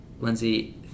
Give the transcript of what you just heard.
Lindsay